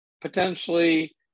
potentially